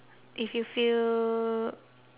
if you feel